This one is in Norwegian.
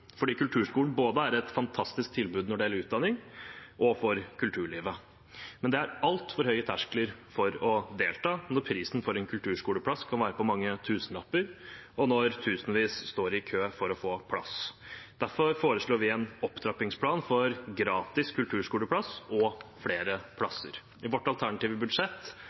kulturskolen er et fantastisk tilbud både når det gjelder utdanning, og for kulturlivet, men det er altfor høye terskler for å delta når prisen for en kulturskoleplass kan være på mange tusenlapper, og når tusenvis står i kø for å få plass. Derfor foreslår vi en opptrappingsplan for gratis kulturskoleplass og flere plasser. I vårt alternative budsjett